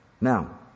Now